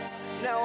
Now